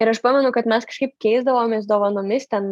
ir aš pamenu kad mes kažkaip keisdavomės dovanomis ten